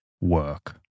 work